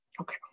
Okay